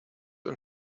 und